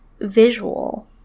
visual